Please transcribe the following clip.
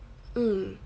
mm